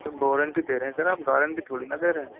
तो वारंटी दे रहे हैं सर आप गारंटी थोड़ी ना दे रहें हैं